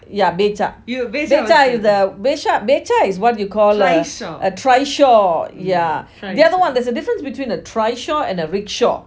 yeah becak becak is a becak becak is what you call a trishaw yeah the other one there's a difference between a trishaw and a rickshaw